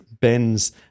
bends